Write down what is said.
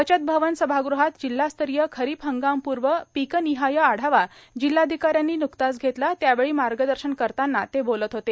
बचत भवन सभागृहात जिल्हास्तरीय खरीप हंगाम पूर्व पीकनिहाय आढावा जिल्हाधिकाऱ्यांनी नुकताच घेतला त्यावेळी मार्गदर्शन करताना ते बोलत होते